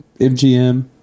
MGM